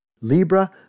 Libra